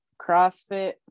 CrossFit